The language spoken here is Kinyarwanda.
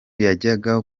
yajyaga